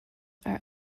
are